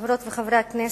חברות וחברי הכנסת,